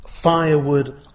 Firewood